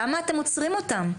למה אתם עוצרים אותם?